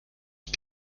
ich